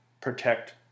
protect